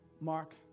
Mark